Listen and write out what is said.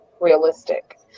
realistic